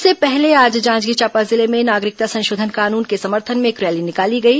इससे पहले आज जांजगीर चांपा जिले में नागरिकता संशोधन कानून के समर्थन में एक रैली निकाली गई